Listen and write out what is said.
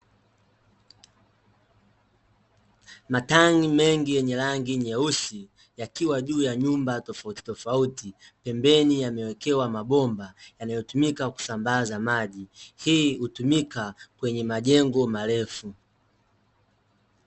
Matanki mengi yenye rangi nyeusi, yakiwa juu ya nyumba tofauti tofauti, pembeni yamewekewa mabomba, yanayotumika kusambaza maji. Hii hutumika, kwenye majengo marefu.